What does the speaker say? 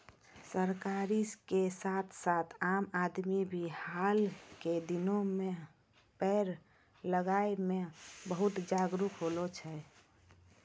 सरकार के साथ साथ आम आदमी भी हाल के दिनों मॅ पेड़ लगाय मॅ बहुत जागरूक होलो छै